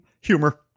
humor